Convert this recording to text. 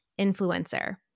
influencer